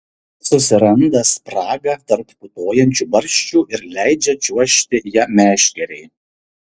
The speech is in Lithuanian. susiranda spragą tarp putojančių barščių ir leidžia čiuožti ja meškerei